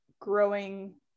growing